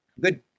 good